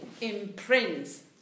imprints